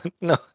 no